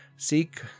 seek